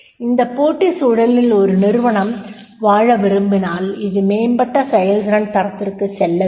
இந்த போட்டி சூழலில் ஒரு நிறுவனம் வாழ விரும்பினால் அது மேம்பட்ட செயல்திறன் தரத்திற்குச் செல்ல வேண்டும்